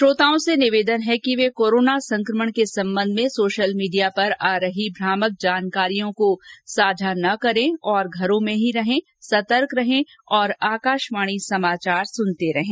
श्रोताओं से निवेदन है कि वे कोरोना संकमण के संबंध में सोशल मीडिया पर आ रही भ्रामक जानकारियों को साझा न करें और घरों में ही रहें सतर्क रहें और आकाशवाणी समाचार सुनते रहें